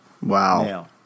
Wow